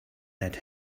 that